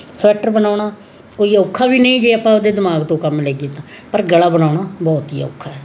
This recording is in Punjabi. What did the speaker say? ਸਵੈਟਰ ਬਣਾਉਣਾ ਕੋਈ ਔਖਾ ਵੀ ਨਹੀਂ ਜੇ ਆਪਾਂ ਆਪਣੇ ਦਿਮਾਗ ਤੋਂ ਕੰਮ ਲਈਏ ਤਾਂ ਪਰ ਗਲਾ ਬਣਾਉਣਾ ਬਹੁਤ ਹੀ ਔਖਾ